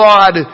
God